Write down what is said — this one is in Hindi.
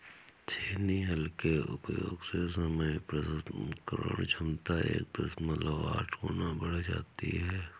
छेनी हल के उपयोग से समय प्रसंस्करण क्षमता एक दशमलव आठ गुना बढ़ जाती है